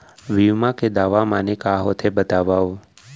बीमा के दावा माने का होथे बतावव?